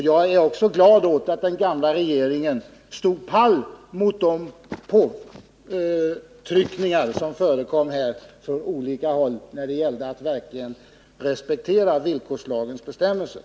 Jag är också glad åt att den gamla regeringen stod pall för de påtryckningar som förekom från olika håll när det gällde att negligera villkorslagens bestämmelser.